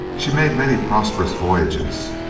she made many prosperous voyages,